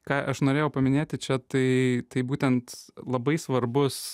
ką aš norėjau paminėti čia tai tai būtent labai svarbus